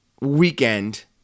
weekend